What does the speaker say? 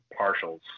partials